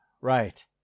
right